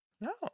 no